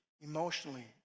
emotionally